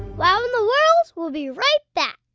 wow in the world will be right back.